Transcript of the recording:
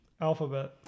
Alphabet